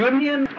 Union